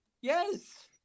Yes